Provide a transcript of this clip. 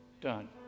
Done